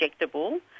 injectable